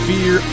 Fear